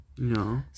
No